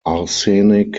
arsenic